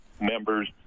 members